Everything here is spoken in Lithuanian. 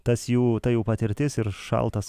tas jų ta jų patirtis ir šaltas